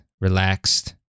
relaxed